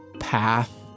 Path